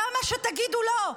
למה שתגידו לא?